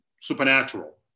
supernatural